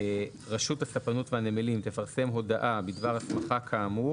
רשות הספנות והנמלים תפרסם הודעה בדבר הסמכה כאמור,